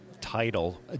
title